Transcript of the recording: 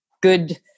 good